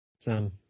Sam